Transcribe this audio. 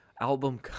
album